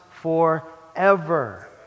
forever